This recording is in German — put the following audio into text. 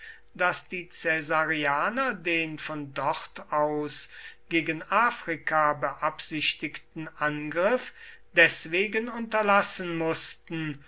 daß die caesarianer den von dort aus gegen afrika beabsichtigten angriff deswegen unterlassen mußten